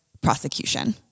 prosecution